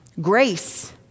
Grace